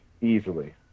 easily